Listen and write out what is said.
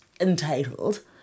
entitled